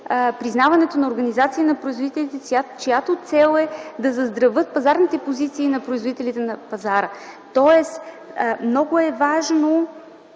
признаването на организации на производителите, чиято чел е да заздравят пазарните позиции на производителите на пазара. Тоест много е важно